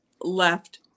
left